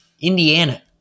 Indiana